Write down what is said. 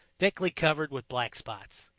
thickly covered with black spots.